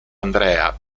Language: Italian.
andrea